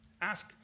Ask